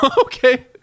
okay